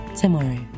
tomorrow